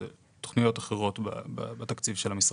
אלה תוכניות אחרות בתקציב של המשרד.